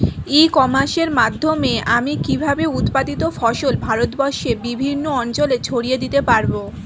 ই কমার্সের মাধ্যমে আমি কিভাবে উৎপাদিত ফসল ভারতবর্ষে বিভিন্ন অঞ্চলে ছড়িয়ে দিতে পারো?